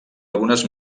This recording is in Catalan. algunes